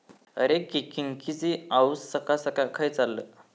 अरे, चिंकिची आऊस सकाळ सकाळ खंय चल्लं?